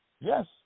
Yes